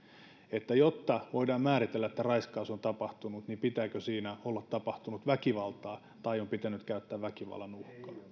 että jotta voidaan määritellä että raiskaus on tapahtunut niin pitääkö siinä olla tapahtunut väkivaltaa tai onko pitänyt käyttää väkivallan